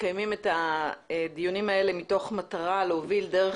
מקיימים את הדיונים האלה מתוך מטרה להוביל דרך